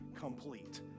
Complete